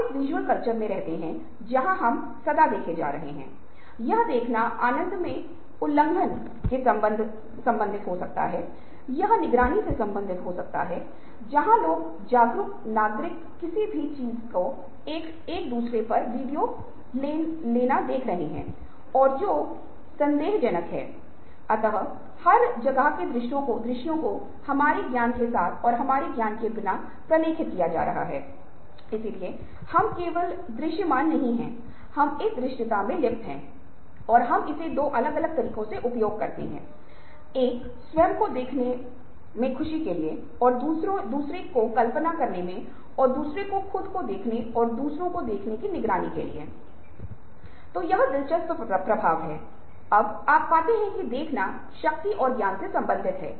मानसिक प्रक्रिया समस्या का पता लगाती है समस्या का विश्लेषण करती है और फिर बाधाओं को दूर करने और चिह्नित करने के लिए समस्या का समाधान करती है की विशेष मुद्दे में सबसे अच्छा समाधान क्या है